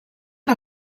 era